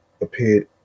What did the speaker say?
appeared